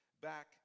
back